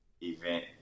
event